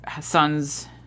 son's